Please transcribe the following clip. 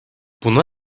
buna